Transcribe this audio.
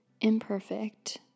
imperfect